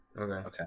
Okay